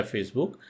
Facebook